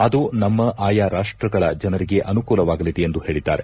ಅದು ನಮ್ನ ಆಯಾ ರಾಷ್ಟಗಳ ಜನರಿಗೆ ಅನುಕೂಲವಾಗಲಿದೆ ಎಂದು ಹೇಳಿದ್ದಾರೆ